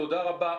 תודה רבה.